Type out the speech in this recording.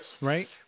right